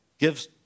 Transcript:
Gives